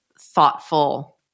thoughtful